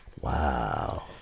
Wow